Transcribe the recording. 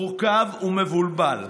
מורכב ומבולבל.